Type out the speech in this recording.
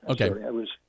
Okay